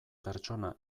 pertsona